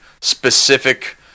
specific